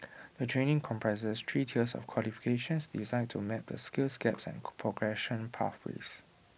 the training comprises three tiers of qualifications designed to map the skills gaps and progression pathways